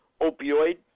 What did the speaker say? opioid